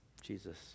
Jesus